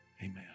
amen